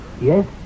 Yes